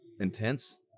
Intense